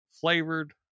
flavored